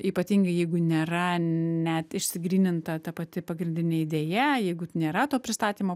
ypatingai jeigu nėra net išsigryninta ta pati pagrindinė idėja jeigu nėra to pristatymo